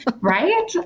Right